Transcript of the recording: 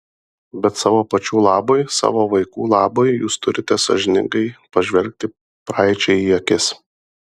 bet savo pačių labui savo vaikų labui jūs turite sąžiningai pažvelgti praeičiai į akis